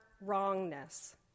wrongness